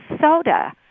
soda